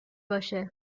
باشه